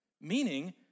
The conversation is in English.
Meaning